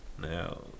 Now